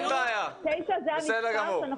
תשע זה המספר שהיינו מוכנים